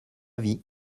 vie